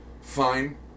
fine